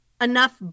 enough